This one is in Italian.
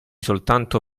soltanto